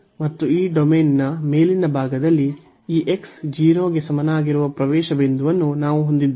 ಮತ್ತು ಈ ಡೊಮೇನ್ನ ಮೇಲಿನ ಭಾಗದಲ್ಲಿ ಈ x 0 ಗೆ ಸಮನಾಗಿರುವ ಪ್ರವೇಶ ಬಿಂದುವನ್ನು ನಾವು ಹೊಂದಿದ್ದೇವೆ